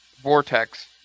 Vortex